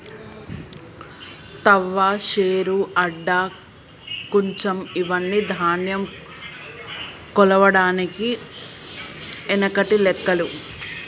తవ్వ, శేరు, అడ్డ, కుంచం ఇవ్వని ధాన్యం కొలవడానికి ఎనకటి లెక్కలు